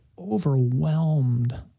overwhelmed